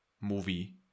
movie